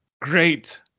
great